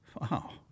Wow